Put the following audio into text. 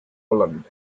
poland